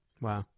Wow